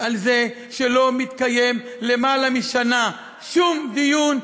שלא מוכנה לקיים שום דיון,